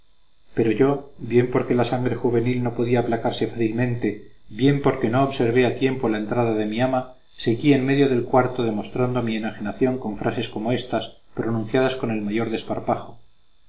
pero yo bien porque la sangre juvenil no podía aplacarse fácilmente bien porque no observé a tiempo la entrada de mi ama seguí en medio del cuarto demostrando mi enajenación con frases como éstas pronunciadas con el mayor desparpajo